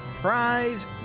prize